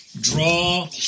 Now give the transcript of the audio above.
draw